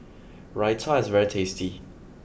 Raita is very tasty